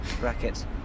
brackets